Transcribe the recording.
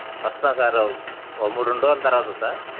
వస్తాను సార్ ఓ ఒక మూడు రెండు రోజుల తరువాత సార్